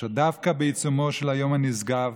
כאשר דווקא בעיצומו של היום הנשגב,